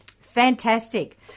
Fantastic